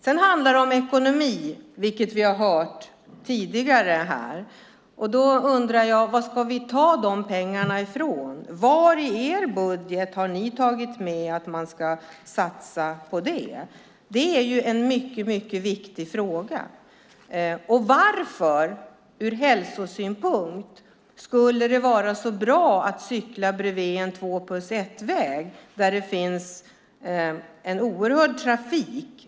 Sedan handlar det, som vi tidigare hört, om ekonomi. Varifrån ska vi ta pengarna? Var i ert budgetförslag finns satsningen på det, Karin Svensson Smith? Det är en mycket viktig fråga. Och varför skulle det ur hälsosynpunkt vara så bra att cykla bredvid en två-plus-ett-väg där det finns en oerhörd trafik?